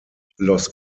los